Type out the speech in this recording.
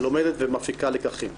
לומדת ומפיקה לקחים.